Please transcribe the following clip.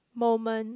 moment